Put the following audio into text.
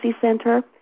Center